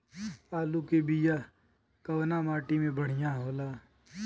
आलू के बिया कवना माटी मे बढ़ियां होला?